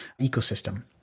ecosystem